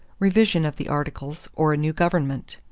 revision of the articles or a new government?